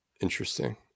interesting